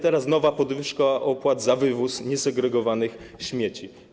Teraz nowa podwyżka opłat za wywóz niesegregowanych śmieci.